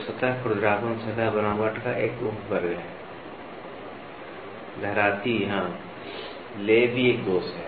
तो सतह खुरदरापन सतह बनावट का एक उपवर्ग है लहराती हाँ ले भी एक दोष है